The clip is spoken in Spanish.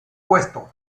puesto